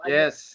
yes